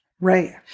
Right